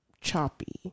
choppy